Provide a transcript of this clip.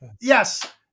yes